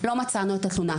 לא מצאנו את התלונה,